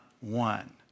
one